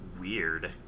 Weird